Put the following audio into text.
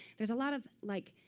there's a lot of like